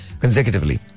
consecutively